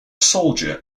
soldier